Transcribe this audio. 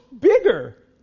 bigger